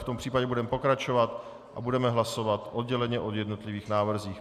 V tom případě budeme pokračovat a budeme hlasovat odděleně o jednotlivých návrzích.